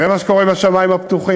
זה מה שקורה ב"שמים הפתוחים".